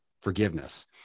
forgiveness